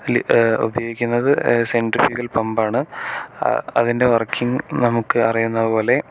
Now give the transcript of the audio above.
ഇതിൽ ഉപയോഗിക്കുന്നത് സെട്രിഫ്യൂഗൽ പമ്പാണ് അതിൻ്റെ വർക്കിംഗ് നമുക്ക് അറിയുന്നതു പോലെ